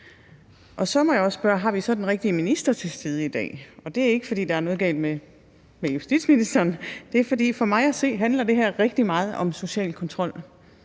Så må jeg også spørge: Har vi så den rigtige minister til stede i dag? Og det er ikke, fordi der er noget galt med justitsministeren, men det er, fordi det for mig at se handler rigtig meget om social kontrol,